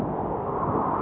oh